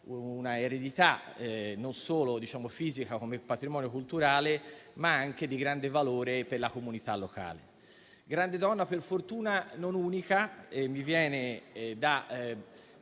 una eredità, non solo fisica, come patrimonio culturale, ma anche di grande valore per la comunità locale. Grande donna, per fortuna non unica. Infatti, mi viene da